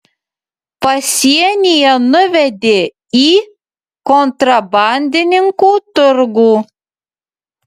pasienyje nuvedė į kontrabandininkų turgų